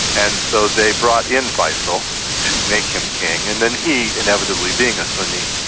and so they brought in faisal to make him king, and then he inevitably, being a sunni,